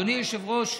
אדוני היושב-ראש,